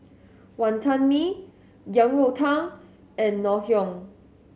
Wonton Mee Yang Rou Tang and Ngoh Hiang